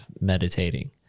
meditating